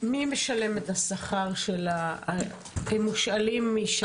מי משלם את השכר של המושאלים משב"ס?